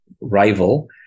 rival